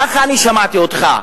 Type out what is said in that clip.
ככה אני שמעתי אותך.